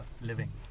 living